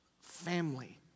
family